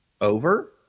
over